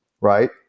right